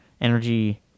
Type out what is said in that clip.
energy